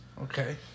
Okay